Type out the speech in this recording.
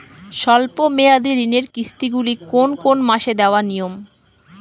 স্বল্প মেয়াদি ঋণের কিস্তি গুলি কোন কোন মাসে দেওয়া নিয়ম?